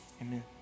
amen